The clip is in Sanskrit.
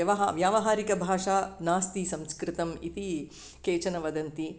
व्यवहा व्यावहारिकभाषा नास्ति संस्कृतम् इति केचन वदन्ति